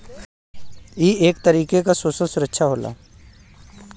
ई एक तरीके क सोसल सुरक्षा होला